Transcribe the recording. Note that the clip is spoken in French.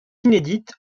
inédite